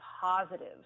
positive